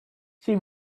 she